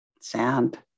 Sand